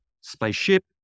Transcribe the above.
spaceship